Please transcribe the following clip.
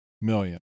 million